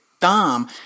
Dom